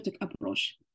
approach